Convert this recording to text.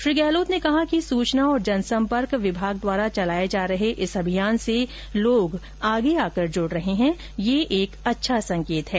श्री गहलोत ने कहा कि सूचना और जनसम्पर्क विभाग द्वारा चलाए जा रहे इस अभियान से लोग आगे आकर जुड़ रहे हैं यह अच्छा संकेत है